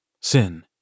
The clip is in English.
Sin